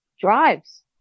drives